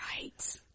right